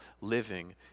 living